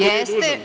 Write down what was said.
Jeste.